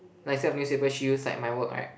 like instead of newspaper she use like my work right